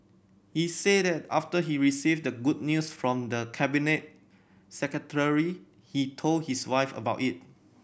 he said that after he received the good news from the Cabinet Secretary he told his wife about it